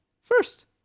first